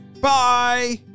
Bye